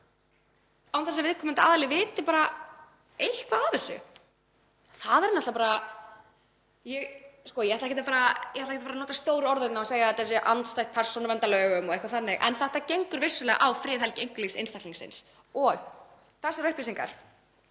án þess að viðkomandi aðili viti bara eitthvað af þessu. Það er náttúrlega bara — ég ætla ekkert að fara að nota stór orð hérna og segja að þetta sé andstætt persónuverndarlögum og eitthvað þannig, en þetta gengur vissulega á friðhelgi einkalífs einstaklingsins. Og þessar upplýsingar,